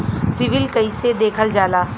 CIBIL कैसे देखल जाला?